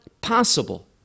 possible